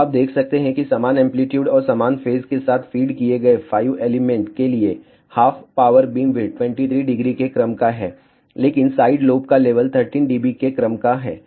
तो आप देख सकते हैं कि समान एंप्लीट्यूड और समान फेज के साथ फीड किये गए 5 एलिमेंट के लिए हाफ पावर बीमविड्थ 230 के क्रम का है लेकिन साइड लोब का लेवल 13 dB के क्रम का है